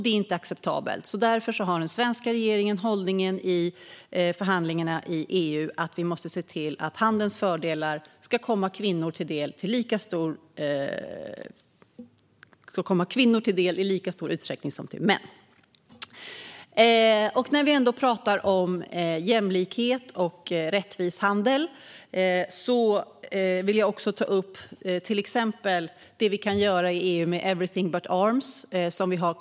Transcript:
Det är inte acceptabelt, och därför är den svenska regeringens hållning i förhandlingarna i EU att vi måste se till att handelns fördelar kommer kvinnor till del i lika stor utsträckning som de kommer män till del. När vi ändå talar om jämlikhet och rättvis handel vill jag också ta upp exempelvis det vi kan göra i EU genom initiativet Everything But Arms.